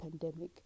pandemic